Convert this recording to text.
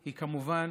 היא כמובן